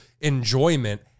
enjoyment